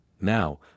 Now